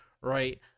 right